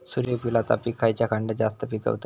सूर्यफूलाचा पीक खयच्या खंडात जास्त पिकवतत?